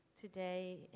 today